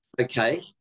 Okay